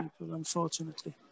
unfortunately